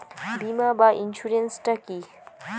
বিমা বা ইন্সুরেন্স টা কি?